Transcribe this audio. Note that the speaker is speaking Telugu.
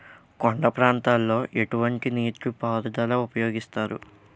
కొండ ప్రాంతాల్లో ఎటువంటి నీటి పారుదల ఉపయోగిస్తారు?